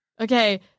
Okay